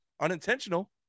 unintentional